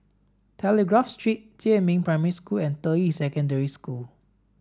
Telegraph Street Jiemin Primary School and Deyi Secondary School